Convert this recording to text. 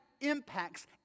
impacts